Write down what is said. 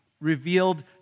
revealed